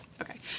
Okay